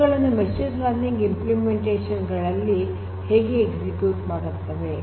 ಇವು machine learning implementation ಗಳಲ್ಲಿ ಹೇಗೆ ಎಕ್ಸಿಕ್ಯೂಟ್ ಮಾಡುತ್ತವೆ